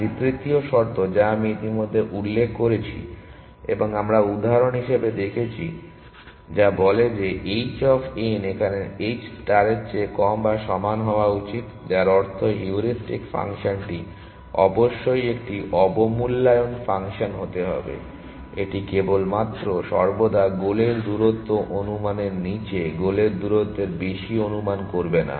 একটি তৃতীয় শর্ত যা আমি ইতিমধ্যে উল্লেখ করেছি এবং আমরা উদাহরণ হিসাবে দেখেছি যা বলে যে h অফ n এখানে h ষ্টার এর চেয়ে কম বা সমান হওয়া উচিত যার অর্থ হিউরিস্টিক ফাংশনটি অবশ্যই একটি অবমূল্যায়ন ফাংশন হতে হবে এটি কেবলমাত্র সর্বদা গোলের দূরত্ব অনুমানের নিচে গোলের দূরত্বের বেশি অনুমান করবে না